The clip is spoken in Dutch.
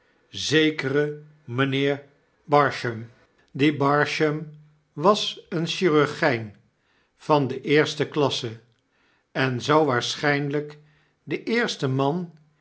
zekeren mijnheer barsham die barsham was een chirurgijn van de eerste klasse en zou waarschijnlijk de eerste man